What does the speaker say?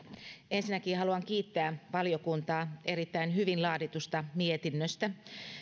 ensinnäkin haluan kiittää valiokuntaa erittäin hyvin laaditusta mietinnöstä